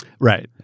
right